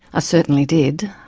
i certainly did.